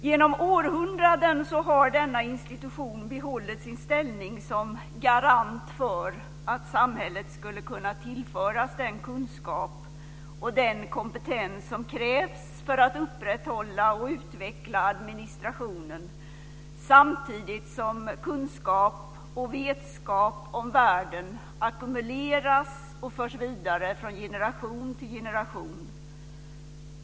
Genom århundraden har denna institution behållit sin ställning som garant för att samhället skulle kunna tillföras den kunskap och den kompetens som krävs för att upprätthålla och utveckla administrationen samtidigt som kunskap och vetskap om världen ackumuleras och förs vidare från generation till generation.